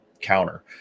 counter